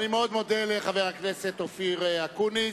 אני מאוד מודה לחבר הכנסת אופיר אקוניס.